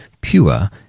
pure